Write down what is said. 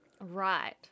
Right